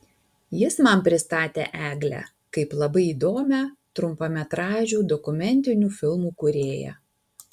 jis man pristatė eglę kaip labai įdomią trumpametražių dokumentinių filmų kūrėją